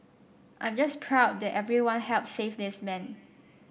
I'm just proud that everyone helped save this man